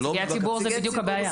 נציגי הציבור זה בדיוק הבעיה.